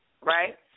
Right